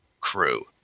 crew